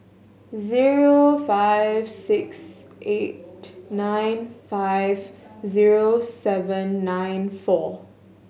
zero five six eight nine five zero seven nine four